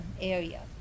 area